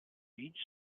each